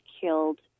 killed